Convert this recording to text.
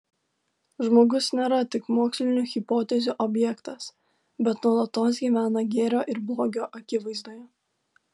žmogus nėra tik mokslinių hipotezių objektas bet nuolatos gyvena gėrio ir blogio akivaizdoje